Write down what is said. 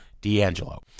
D'Angelo